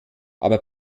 aber